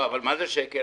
מה זה שקל?